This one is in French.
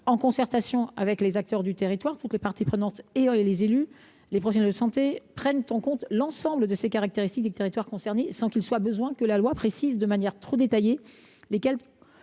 en concertation avec les acteurs du territoire, avec toutes les parties prenantes – dont les élus et les professionnels de santé – prennent en compte l’ensemble des caractéristiques des territoires concernés. Il n’est pas besoin que la loi précise de manière trop détaillée lesquelles